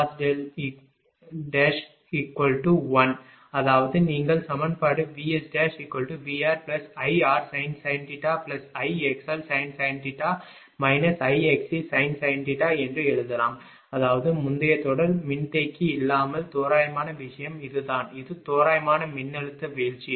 0 அதாவது நீங்கள் சமன்பாடு VSVRIrsin Ixlsin θ Ixcsin என்று எழுதலாம் அதாவது முந்தைய தொடர் மின்தேக்கி இல்லாமல் தோராயமான விஷயம் இதுதான் இது தோராயமான மின்னழுத்த வீழ்ச்சி